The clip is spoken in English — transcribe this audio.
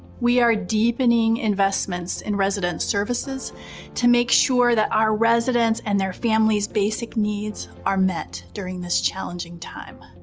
we are deepening investments in resident services to make sure that our residents and their family's basic needs are met during this challenging time.